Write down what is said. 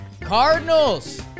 Cardinals